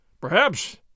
Perhaps